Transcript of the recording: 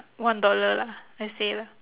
one dollar lah let's say lah